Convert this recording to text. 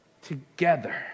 together